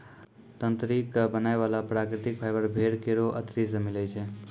तंत्री क बनाय वाला प्राकृतिक फाइबर भेड़ केरो अतरी सें मिलै छै